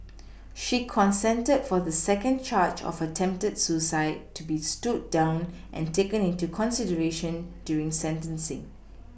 she consented for the second charge of attempted suicide to be stood down and taken into consideration during sentencing